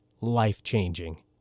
life-changing